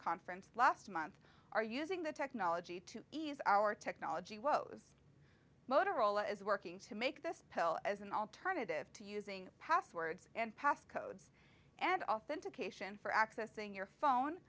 conference last month are using the technology to ease our technology woes motorola is working to make this pill as an alternative to using passwords and pass codes and authentication for accessing your phone